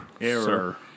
Error